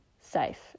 safe